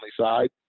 side